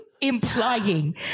implying